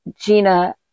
Gina